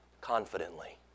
Confidently